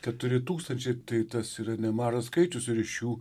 keturi tūkstančiai tai tas yra nemažas skaičius ir iš jų